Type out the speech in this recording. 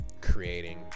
Creating